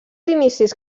inicis